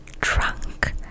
drunk